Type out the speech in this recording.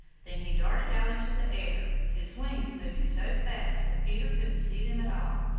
then he darted out into the air, his wings moving so fast that peter couldn't see them at all.